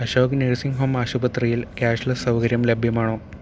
Ashok nursing home ആശുപത്രിയിൽ cashless സൗകര്യം ലഭ്യമാണോ